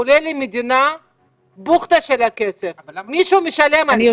עולה למדינה בוכטה של כסף מישהו משלם על זה.